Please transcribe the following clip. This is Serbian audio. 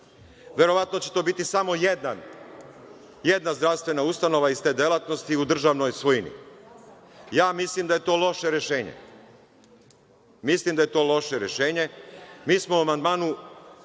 Verovatno će to biti samo jedna zdravstvena ustanova iz te delatnosti u državnoj svojini. Ja mislim da je to loše rešenje. Mislim da je to loše rešenje. Mi smo u amandmanu